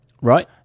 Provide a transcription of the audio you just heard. Right